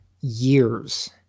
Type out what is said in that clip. years